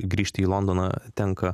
grįžti į londoną tenka